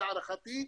להערכתי,